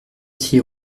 six